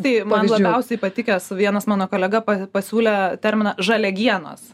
tai man labiausiai patikęs vienas mano kolega pa pasiūlė terminą žaliagienos